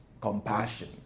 compassion